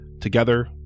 Together